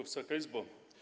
Wysoka Izbo!